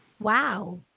Wow